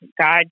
God